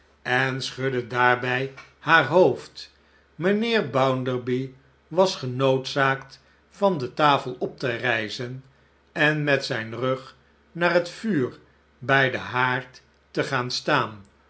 en schudde daarbij haar hoofd mijnheer bounderby was genoodzaakt van de tafel op te rijzen en met zijn rug naar het vuur bij den haard te gaan staan